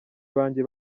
banjye